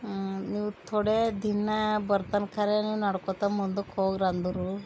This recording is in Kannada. ನೀವು ಥೋಡೆ ದಿನ ಬರ್ತಾನೆ ಖರೇನ ನಡ್ಕೋತ ಮುಂದಕ್ಕೆ ಹೋಗ್ರಿ ಅಂದರು